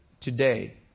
today